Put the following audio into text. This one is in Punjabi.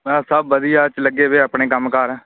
ਹਾਂ ਸਭ ਵਧੀਆ ਚ ਲੱਗੇ ਵੇ ਆਪਣੇ ਕੰਮ ਕਾਰ